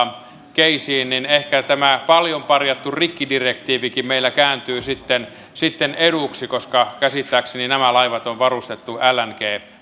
caseen ehkä tämä paljon parjattu rikkidirektiivikin meillä kääntyy sitten sitten eduksi koska käsittääkseni nämä laivat on varustettu lng